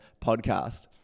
podcast